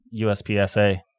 USPSA